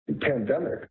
pandemic